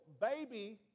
baby